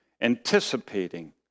anticipating